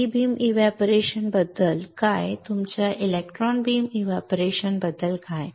E beam evaporation बद्दल काय तुमच्या इलेक्ट्रॉन बीम एव्हपोरेशन बद्दल काय